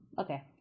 Okay